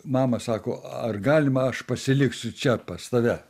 mama sako ar galima aš pasiliksiu čia pas tave